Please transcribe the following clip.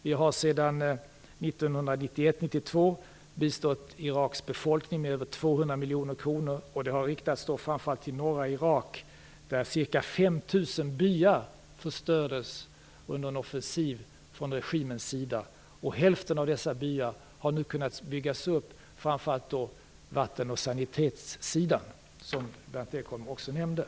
Vi har sedan 1991/92 bistått Iraks befolkning med över 200 miljoner kronor. Biståndet har riktats till framför allt norra Irak, där ca 5 000 Hälften av dessa byar har nu kunnat byggas upp, framför allt när det gäller vatten och sanitet, vilket